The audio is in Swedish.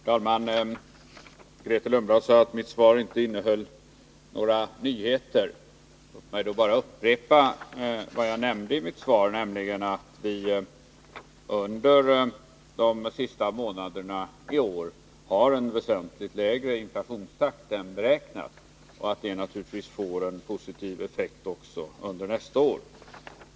Herr talman! Grethe Lundblad sade att mitt svar inte innehöll några nyheter. Låt mig då bara upprepa vad jag nämnde i mitt svar, nämligen att vi under de senaste månaderna i år har en väsentligt lägre inflationstakt än beräknat och att det naturligtvis får en positiv effekt också under nästa år.